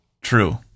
True